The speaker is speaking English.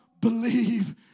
believe